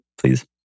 please